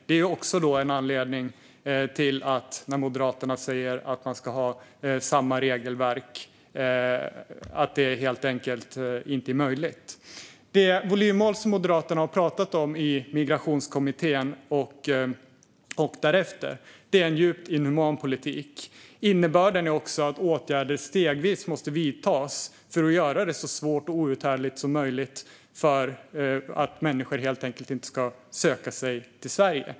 Detta är också en anledning till att det helt enkelt inte är möjligt att ha samma regelverk, som Moderaterna säger att man ska ha. Det volymmål som Moderaterna har pratat om i Migrationskommittén och därefter är en djupt inhuman politik. Innebörden är också att åtgärder stegvis måste vidtas för att göra det så svårt och outhärdligt som möjligt, så att människor helt enkelt inte ska söka sig till Sverige.